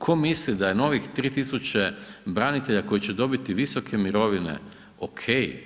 Tko misli da je novih 3000 branitelja koji će dobiti visoke mirovine ok?